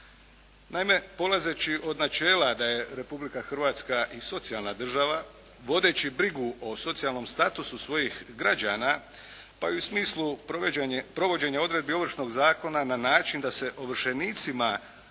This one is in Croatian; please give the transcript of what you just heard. Naime, polazeći od načela da je Republika Hrvatska i socijalna država, vodeći brigu o socijalnom statusu svojih građana pa i u smislu provođenja odredbi Ovršnog zakona na način da se ovršenicima